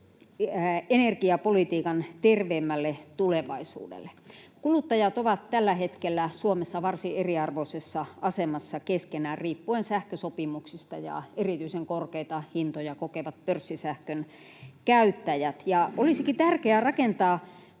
energiapolitiikan terveemmälle tulevaisuudelle. Kuluttajat ovat tällä hetkellä Suomessa varsin eriarvoisessa asemassa keskenään riippuen sähkösopimuksista, ja erityisen korkeita hintoja kokevat pörssisähkön käyttäjät. Olisikin tärkeää rakentaa